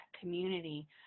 community